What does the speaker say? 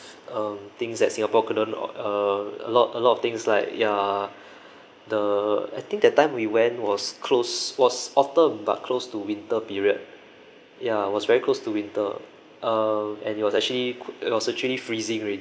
um things that singapore couldn't uh a lot a lot of things like yeah the I think that time we went was close was autumn but close to winter period yeah was very close to winter uh and it was actually it was actually freezing